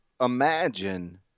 Imagine